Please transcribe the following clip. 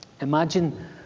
Imagine